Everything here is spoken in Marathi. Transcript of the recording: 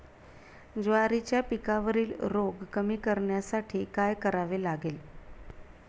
ज्वारीच्या पिकावरील रोग कमी करण्यासाठी काय करावे लागेल?